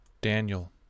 Daniel